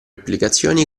applicazioni